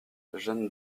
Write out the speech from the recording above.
jeune